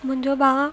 मुंहिंजो भाउ